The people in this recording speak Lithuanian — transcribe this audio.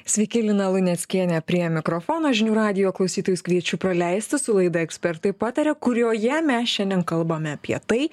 sveiki lina luneckienė prie mikrofono žinių radijo klausytojus kviečiu praleisti su laida ekspertai pataria kurioje mes šiandien kalbame apie tai